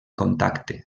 contacte